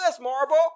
Marvel